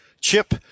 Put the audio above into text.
chip